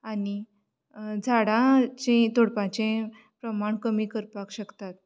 आनी झाडांचें तोडपाचें प्रमाण कमी करपाक शकतात